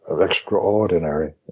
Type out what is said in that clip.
extraordinary